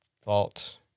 thought